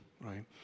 right